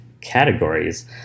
categories